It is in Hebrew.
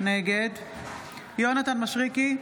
נגד יונתן מישרקי,